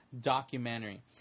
documentary